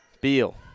Beal